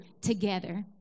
together